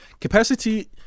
Capacity